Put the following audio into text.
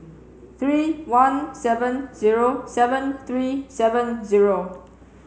three one seven zero seven three seven zero